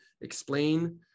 explain